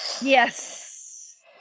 Yes